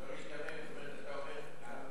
לא ניתמם, זאת אומרת אתה אומר,